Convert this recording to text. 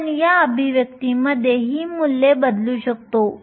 आपण या अभिव्यक्तीमध्ये ही मूल्ये बदलू शकतो